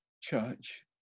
Church